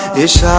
this